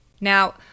Now